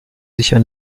sicher